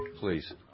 Please